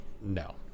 No